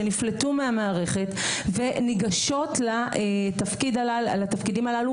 שנפלטו מהמערכת וניגשות לתפקידים הללו